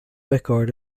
record